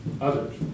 Others